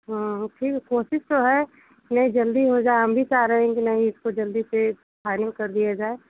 हाँ ठीक है कोशिश तो है कि ये जल्दी हो जाए हम भी चाह रहे हैं नहीं इसको जल्दी से फाइनल कर दिया जाए